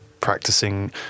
practicing